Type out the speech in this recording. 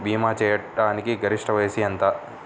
భీమా చేయాటానికి గరిష్ట వయస్సు ఎంత?